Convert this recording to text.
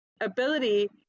ability